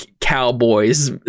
cowboys